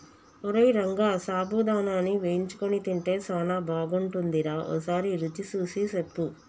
ఓరై రంగ సాబుదానాని వేయించుకొని తింటే సానా బాగుంటుందిరా ఓసారి రుచి సూసి సెప్పు